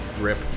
Rip